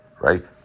Right